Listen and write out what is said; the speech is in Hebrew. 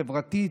חברתית,